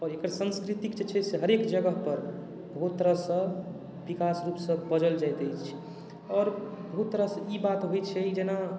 आओर एकर संस्कृतिक जे छै हरेक जगह पर बहुत तरह सँ विकास रूप सँ बजल जाइत अछि आओर बहुत तरह सँ ई बात होइ छै जेना